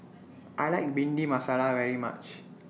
I like Bhindi Masala very much